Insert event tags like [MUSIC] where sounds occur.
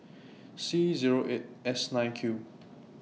C Zero eight S nine Q [NOISE]